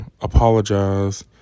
apologize